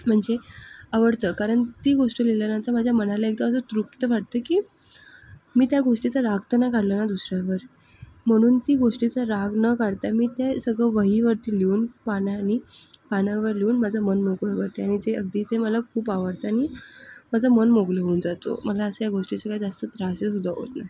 म्हणजे आवडतं कारण ती गोष्ट लिहिल्यानंतर माझ्या मनाला एकदम असं तृप्त वाटतं की मी त्या गोष्टीचा राग तर नाही काढला ना दुसऱ्यावर म्हणून ती गोष्टीचा राग न काढता मी ते सगळं वहीवरती लिहून पानानी पानावर लिहून माझं मन मोकळं करते आणि जे अगदी जे मला खूप आवडतं नी माझं मन मोकळं होऊन जातो मला अशा गोष्टीचं काय जास्त त्रास सुद्धा होत नाही